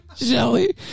Shelly